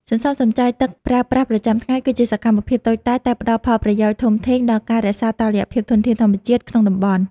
សន្សំសំចៃទឹកប្រើប្រាស់ប្រចាំថ្ងៃគឺជាសកម្មភាពតូចតាចតែផ្ដល់ផលប្រយោជន៍ធំធេងដល់ការរក្សាតុល្យភាពធនធានធម្មជាតិក្នុងតំបន់។